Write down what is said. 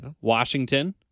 Washington